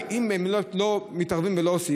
אם הן לא מתערבות ולא עושות,